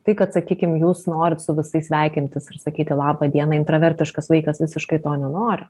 tai kad sakykim jūs norit su visais sveikintis ir sakyti laba diena intravertiškas vaikas visiškai to nenori